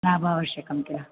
लाभः आवश्यकं किल